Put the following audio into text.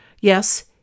Yes